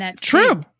True